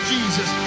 Jesus